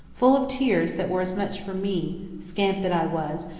full of tears that were as much for me, scamp that i was,